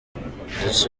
ndetse